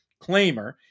claimer